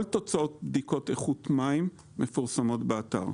כל תוצאות בדיקות איכות מים מפורסמות באתר.